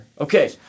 Okay